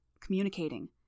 communicating